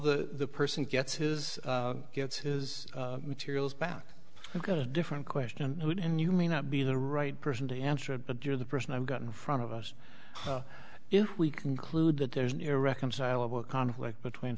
until the person gets his gets his materials back we've got a different question and you may not be the right person to answer it but you're the person i've got in front of us if we conclude that there's an irreconcilable conflict between